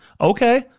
Okay